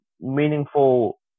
meaningful